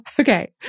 Okay